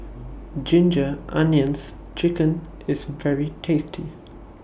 Ginger Onions Chicken IS very tasty